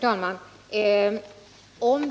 Herr talman!